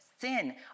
sin